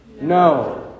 No